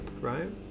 right